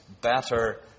better